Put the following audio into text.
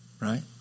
right